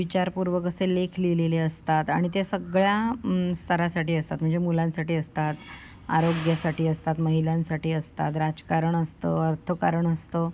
विचारपूर्वक असे लेख लिहिलेले असतात आणि ते सगळ्या स्तरासाठी असतात म्हणजे मुलांसाठी असतात आरोग्यासाठी असतात महिलांसाठी असतात राजकारण असतं अर्थकारण असतं